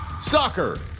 Soccer